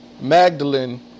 Magdalene